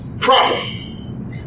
Problem